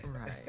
Right